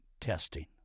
testing